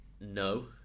no